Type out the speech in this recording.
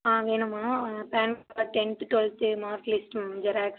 ஆ அங்கே என்னமா PAN card tenth twelfth mark list xerox